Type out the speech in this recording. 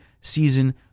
season